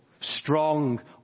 strong